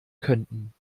könnten